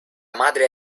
madre